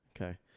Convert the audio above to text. Okay